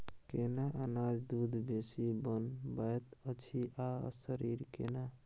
केना अनाज दूध बेसी बनबैत अछि आ शरीर केना?